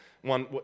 one